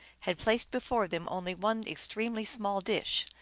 had placed before them only one extremely small dish,